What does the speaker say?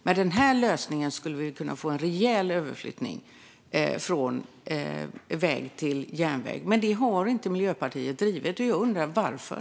Med den här lösningen skulle vi kunna få en rejäl överflyttning från väg till järnväg, men det har inte Miljöpartiet drivit. Jag undrar varför.